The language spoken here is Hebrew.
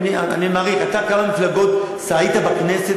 אתה היית בכמה מפלגות בכנסת.